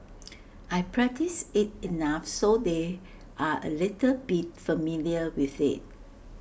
I practice IT enough so they're A little bit familiar with IT